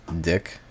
Dick